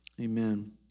amen